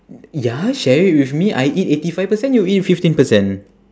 ya share it with me I eat eighty five percent you eat fifteen percent